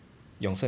yong sheng